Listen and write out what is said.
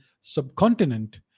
subcontinent